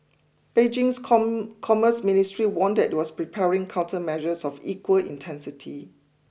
Beijing's come Commerce Ministry warned it was preparing countermeasures of equal intensity